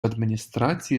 адміністрації